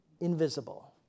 invisible